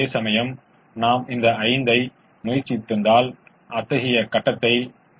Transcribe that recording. இப்போது 11 ஐப் பார்த்து 11 சாத்தியமானதா என்பதைச் சரிபார்க்கவும்